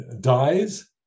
dies